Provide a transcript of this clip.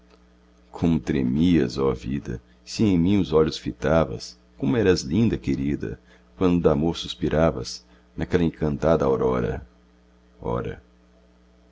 como tremias oh vida se em mim os olhos fitavas como eras linda querida quando damor suspiravas naquela encantada aurora ora